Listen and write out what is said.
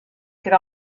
could